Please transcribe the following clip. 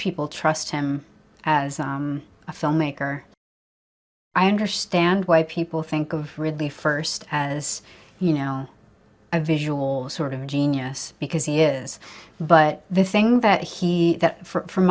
people trust him as a filmmaker i understand why people think of ridley first as you know a visual sort of genius because he is but the thing that he